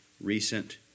recent